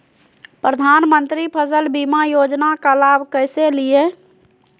प्रधानमंत्री फसल बीमा योजना का लाभ कैसे लिये?